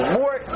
more